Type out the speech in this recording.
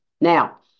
Now